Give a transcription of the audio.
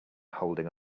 holding